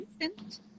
instant